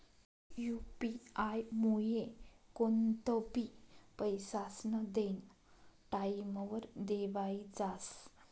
UP आयमुये कोणतंबी पैसास्नं देनं टाईमवर देवाई जास